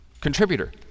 contributor